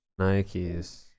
Nikes